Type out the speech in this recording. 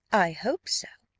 i hope so.